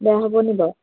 বেয়া হ'ব নি বাৰু